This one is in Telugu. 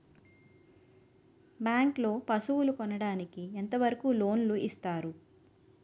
బ్యాంక్ లో పశువుల కొనడానికి ఎంత వరకు లోన్ లు ఇస్తారు?